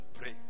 Pray